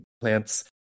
plants